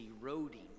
eroding